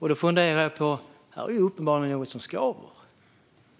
Här är det uppenbarligen något som skaver.